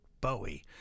bowie